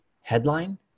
Headline